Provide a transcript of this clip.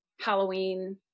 Halloween